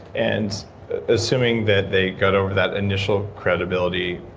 and assuming that they got over that initial credibility